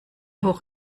hoch